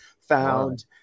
found